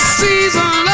season